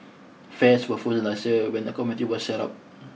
fares were frozen last year when the committee was set up